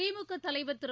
திமுக தலைவர் திரு